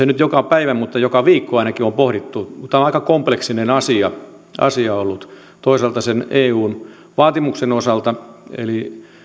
nyt joka päivä mutta joka viikko ainakin tämä on aika kompleksinen asia asia ollut toisaalta sen eun vaatimuksen osalta eli